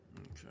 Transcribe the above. Okay